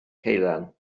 ceulan